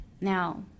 Now